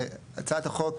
הצעת החוק,